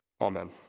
Amen